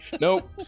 Nope